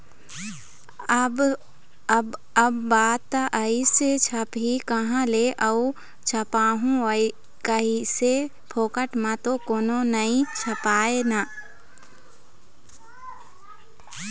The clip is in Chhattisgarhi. अब बात आइस छपही काँहा ले अऊ छपवाहूँ कइसे, फोकट म तो कोनो नइ छापय ना